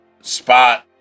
Spot